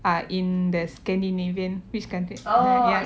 are in the scandinavian which countries are ya